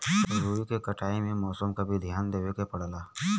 रुई के कटाई में मौसम क भी धियान देवे के पड़ेला